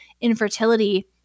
infertility